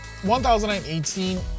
1018